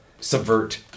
subvert